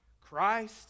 Christ